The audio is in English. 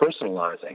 personalizing